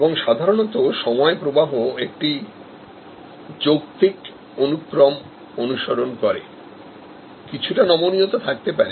এবং সাধারণত সময় প্রবাহ একটি লজিক্যাল ক্রম অনুসরণ করে তবে তার মধ্যে কিছুটা ফ্লেক্সিবিলিটি থাকতে পারে